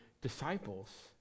disciples